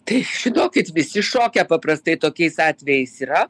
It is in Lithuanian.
tai žinokit visi šoke paprastai tokiais atvejais yra